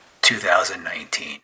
2019